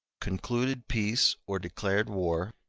concluded peace or declared war,